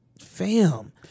fam